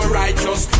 righteous